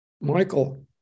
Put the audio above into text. Michael